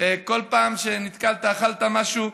כל פעם שנתקלת, אכלת משהו.